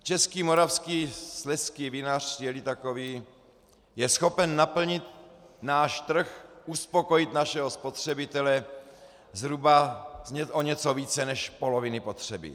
Český, moravský a slezský vinař, jeli takový, je schopen naplnit náš trh, uspokojit našeho spotřebitele zhruba o něco více než z poloviny spotřeby.